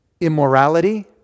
immorality